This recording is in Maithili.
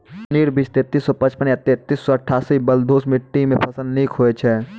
पायोनियर बीज तेंतीस सौ पचपन या तेंतीस सौ अट्ठासी बलधुस मिट्टी मे फसल निक होई छै?